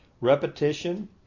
repetition